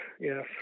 yes